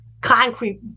concrete